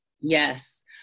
yes